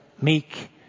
meek